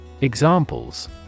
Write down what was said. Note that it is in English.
Examples